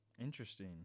Interesting